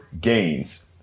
gains